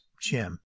Jim